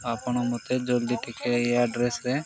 ଆପଣ ମୋତେ ଜଲ୍ଦି ଟିକେ ଏଇ ଆଡ୍ରେସ୍ରେ